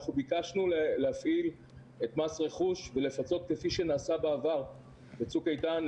ביקשנו להפעיל את מס רכוש ולפצות כפי שנעשה בעבר בצוק איתן,